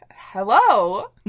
hello